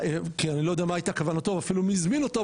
כי אני לא יודע מה הייתה כוונתו או אפילו מי הזמין אותו,